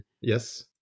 Yes